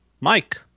Mike